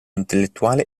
intellettuale